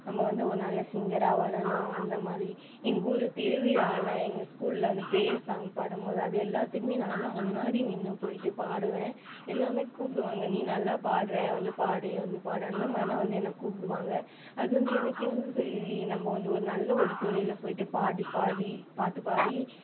நம்ம வந்து ஒரு நல்ல சிங்கராக வரணும் அந்தமாதிரி எங்கள் ஊர் திருவிழாவில் எங்கள் ஸ்கூலில் வந்து பிரேயர் சாங் பாடும்போது அது எல்லாத்துக்குமே நான்தான் முன்னாடி நின்று போயிட்டு பாடுவேன் எல்லாமே கூப்பிடுவாங்க நீ நல்லா பாடுற வந்து பாடு வந்து பாடு அந்த மாதிரிலாம் வந்து என்னை கூப்பிடுவாங்க அது வந்து எனக்கே வந்து சரி நம்ப வந்து ஒரு நல்ல ஒரு துறையில் போயிட்டு பாடி பாடி பாட்டு பாடி